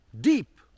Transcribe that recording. deep